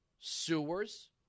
sewers